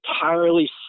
entirely